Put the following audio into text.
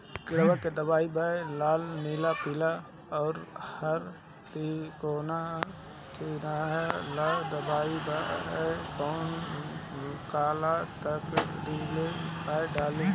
किड़वा के दवाईया प लाल नीला पीला और हर तिकोना चिनहा लगल दवाई बा कौन काला तरकारी मैं डाली?